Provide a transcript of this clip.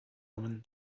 common